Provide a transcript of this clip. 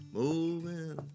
moving